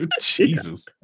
Jesus